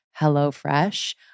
HelloFresh